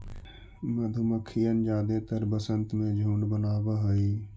मधुमक्खियन जादेतर वसंत में झुंड बनाब हई